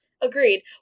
Agreed